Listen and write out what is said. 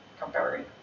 comparing